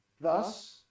Thus